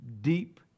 deep